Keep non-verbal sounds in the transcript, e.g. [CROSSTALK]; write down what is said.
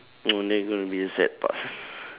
mm there gonna be a sad parts [NOISE]